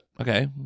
Okay